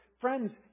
friends